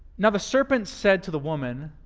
now the serpent said to the woman,